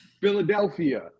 Philadelphia